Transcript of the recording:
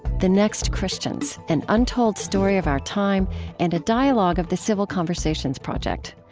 the next christians, an untold story of our time and a dialogue of the civil conversations project.